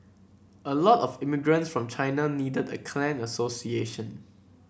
a lot of immigrants from China needed a clan association